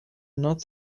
not